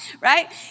right